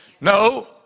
No